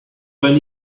when